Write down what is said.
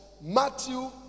matthew